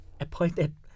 appointed